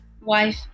wife